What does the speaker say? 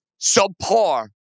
subpar